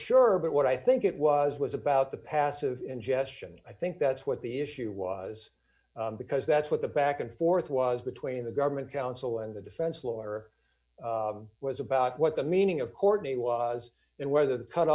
sure but what i think it was was about the passive ingestion i think that's what the issue was because that's what the back and forth was between the government counsel and the defense lawyer was about what the meaning of courtney was and whether the cut